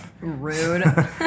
Rude